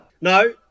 No